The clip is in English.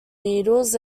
needles